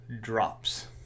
drops